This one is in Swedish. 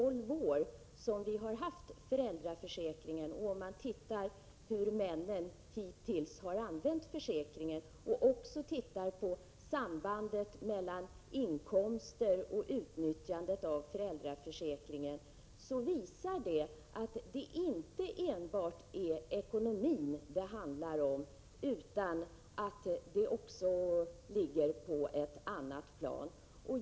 Om man ser på hur männen hittills har använt föräldraförsäkringen och ser på sambandet mellan inkomster och utnyttjandet av föräldraförsäkringen under de tolv år som försäkringen har funnits visar det sig att det inte enbart handlar om ekonomin utan att det delvis ligger på ett annat plan.